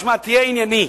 תשמע, תהיה ענייני.